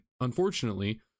unfortunately